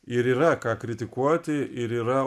ir yra ką kritikuoti ir yra